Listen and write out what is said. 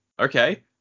Okay